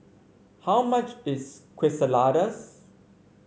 how much is Quesadillas